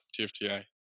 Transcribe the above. tfti